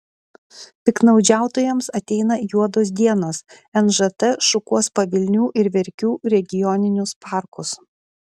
piktnaudžiautojams ateina juodos dienos nžt šukuos pavilnių ir verkių regioninius parkus